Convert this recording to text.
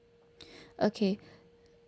okay